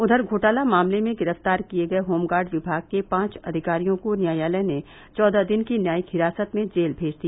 उधर घोटाला मामले में गिरफ्तार किए गए होमगार्ड विभाग के पांच अधिकारियों को न्यायालय ने चौदह दिन की न्यायिक हिरासत में जेल भेज दिया